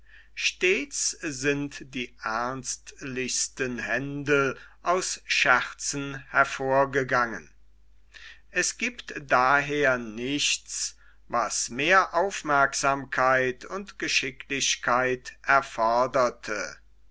stets sind die ernstlichsten händel aus scherzen hervorgegangen es giebt daher nichts was mehr aufmerksamkeit und geschicklichkeit